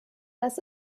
das